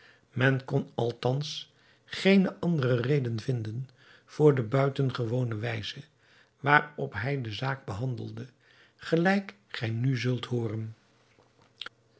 men kon althans geene andere reden vinden voor de buitengewone wijze waarop hij de zaak behandelde gelijk gij nu zult hooren